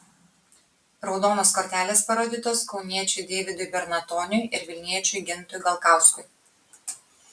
raudonos kortelės parodytos kauniečiui deividui bernatoniui ir vilniečiui gintui galkauskui